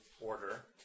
Order